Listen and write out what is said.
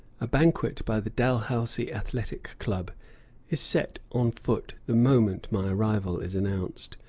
a banquet by the dalhousie athletic club is set on foot the moment my arrival is announced.